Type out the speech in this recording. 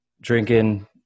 drinking